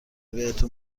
بهتون